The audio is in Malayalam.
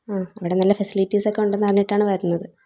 ആ അവിടെ നല്ല ഫെസിലിറ്റീസ് ഒക്കെ ഉണ്ടെന്ന് അറിഞ്ഞിട്ടാണ് വരുന്നത്